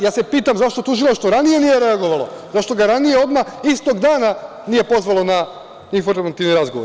Ja se pitam zašto Tužilaštvo ranije nije reagovalo, zašto ga ranije odmah istog dana nije pozvali na informativni razgovor?